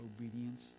obedience